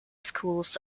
schools